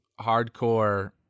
hardcore